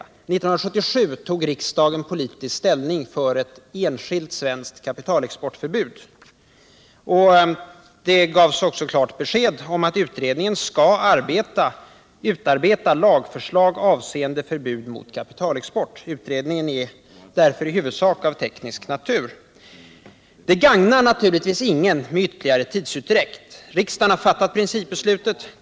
År 1977 tog riksdagen politisk ställning för ett enskilt svenskt kapitalexportförbud. Det gavs också klart besked om att utredningen skall utarbeta lagförslag avseende förbud mot kapitalexport. Utredningen är därför i huvudsak av teknisk natur. Ytterligare tidsutdräkt gagnar naturligtvis ingen. Riksdagen har fattat principbeslutet.